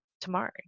tomorrow